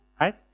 Right